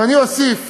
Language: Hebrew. ואני אוסיף